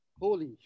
holy